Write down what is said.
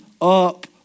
up